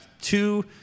two